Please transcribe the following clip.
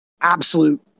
absolute